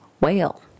whale